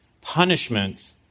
Punishment